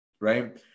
right